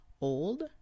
old